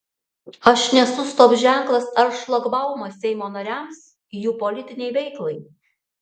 aš nesu stop ženklas ar šlagbaumas seimo nariams jų politinei veiklai